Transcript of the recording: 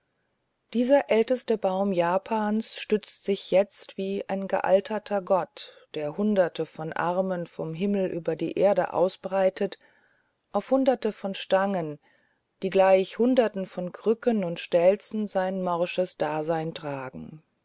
dieser älteste baum japans stützt sich jetzt wie ein gealterter gott der hunderte von armen vom himmel über die erde ausbreitet auf hunderte von stangen die gleich hunderten von krücken und stelzen sein morsches dasein tragen